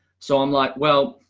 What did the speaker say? so i'm like, well,